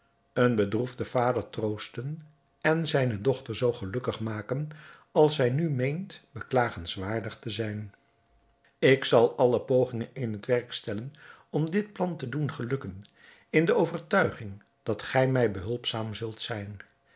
een bedroefden vader troosten en zijne dochter zoo gelukkig maken als zij nu meent beklagenswaardig te zijn ik zal alle pogingen in het werk stellen om dit plan te doen gelukken in de overtuiging dat gij mij behulpzaam zult zijn